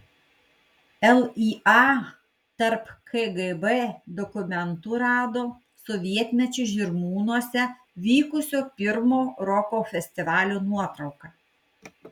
lya tarp kgb dokumentų rado sovietmečiu žirmūnuose vykusio pirmo roko festivalio nuotrauką